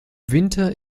winter